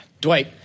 Dwight